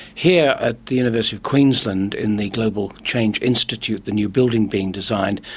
here at the university of queensland in the global change institute, the new building being designed,